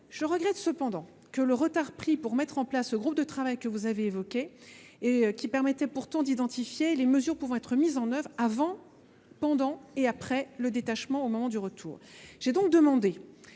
Je regrette cependant le retard pris dans la mise en place du groupe de travail que vous avez évoqué ; celui ci permettrait pourtant d’identifier les mesures pouvant être mises en œuvre avant, pendant et après le détachement. J’ai donc demandé